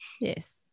yes